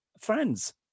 friends